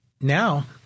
now